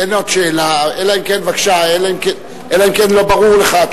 אין עוד שאלה, אלא אם כן התשובה לא ברורה לך.